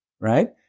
right